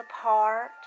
apart